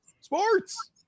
Sports